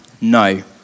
no